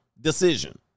decision